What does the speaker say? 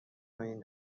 این